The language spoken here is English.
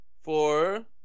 Four